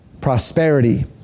Prosperity